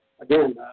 Again